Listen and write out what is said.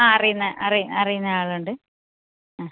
ആ അറിയുന്ന അറിയുന്ന ആളുണ്ട് അ